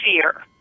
fear